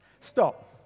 Stop